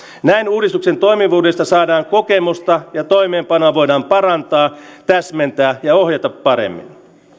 näin uudistuksen toimivuudesta saadaan kokemusta ja toimeenpanoa voidaan parantaa täsmentää ja ohjata paremmin